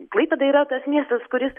klaipėda yra tas miestas kuris